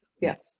Yes